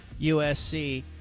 USC